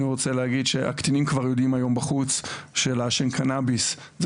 אני רוצה להגיד שהקטנים יודעים היום בחוץ שלעשן קנאביס זה